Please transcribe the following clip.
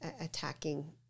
attacking